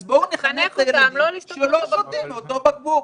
אז בואו נחנך את הילדים שלא שותים מאותו בקבוק.